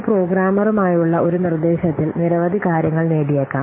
ഒരു പ്രോഗ്രാമറുമായുള്ള ഒരു നിർദ്ദേശത്തിൽ നിരവധി കാര്യങ്ങൾ നേടിയേക്കാം